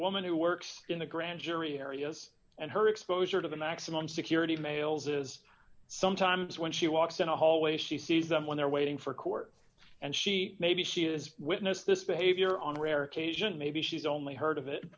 woman who works in the grand jury areas and her exposure to the maximum security males is sometimes when she walks in a hallway she sees them when they're waiting for court and she maybe she is witness this behavior on rare occasions maybe she's only heard of it